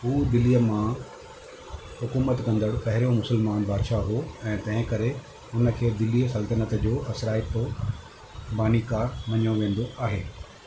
हू दिल्ली मां हुकूमत कंदड़ु पहिरियों मुस्लमान बादिशाह हुओ ऐं तंहिं करे हुन खे दिल्ली सल्तनत जो असराइतो बानीकार मञो वेंदो आहे